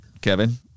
Kevin